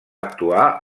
actuar